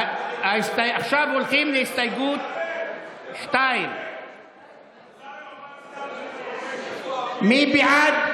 עכשיו עוברים להסתייגות 2. מי בעד?